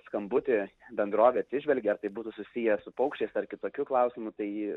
skambutį bendrovė atsižvelgia ar tai būtų susiję su paukščiais ar kitokiu klausimu tai